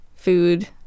food